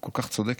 כל כך צודקת.